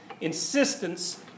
insistence